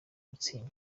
mutzig